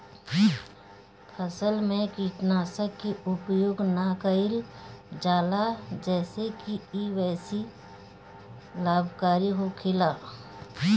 फसल में कीटनाशक के उपयोग ना कईल जाला जेसे की इ बेसी लाभकारी होखेला